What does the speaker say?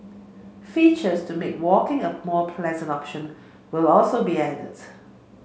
features to make walking a more pleasant option will also be added